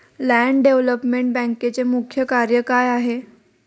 Land development बँकेचे मुख्य कार्य काय आहे?